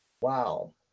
Wow